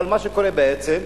אבל מה שקורה בעצם,